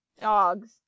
dogs